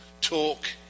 talk